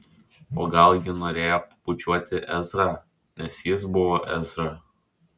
o gal ji norėjo pabučiuoti ezrą nes jis buvo ezra